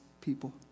people